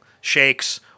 shakes